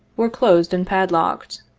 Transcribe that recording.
were closed and padlocked.